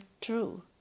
true